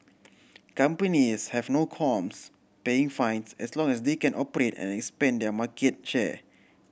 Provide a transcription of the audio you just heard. companies have no qualms paying fines as long as they can operate and expand their market share